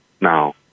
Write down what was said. now